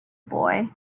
boy